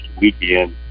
weekend